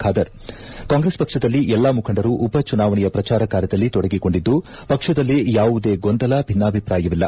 ಖಾದರ್ ಕಾಂಗ್ರೆಸ್ ಪಕ್ಷದಲ್ಲಿ ಎಲ್ಲಾ ಮುಖಂಡರು ಉಪ ಚುನಾವಣೆಯ ಪ್ರಚಾರ ಕಾರ್ಯದಲ್ಲಿ ತೊಡಗಿಕೊಂಡಿದ್ದು ಪಕ್ಷದಲ್ಲಿ ಯಾವುದೇ ಗೊಂದಲ ಭಿನ್ನಾಭಿಹ್ರಾಯವಿಲ್ಲ